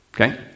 Okay